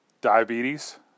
diabetes